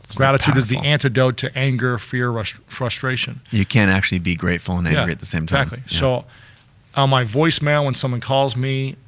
gratitude is the anecdote to anger, fear, frustration. you can't actually be grateful and angry at the same time. exactly, so how my voicemail when someone calls me,